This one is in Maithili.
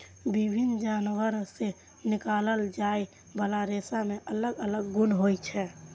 विभिन्न जानवर सं निकालल जाइ बला रेशा मे अलग अलग गुण होइ छै